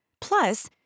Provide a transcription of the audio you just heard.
Plus